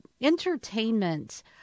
entertainment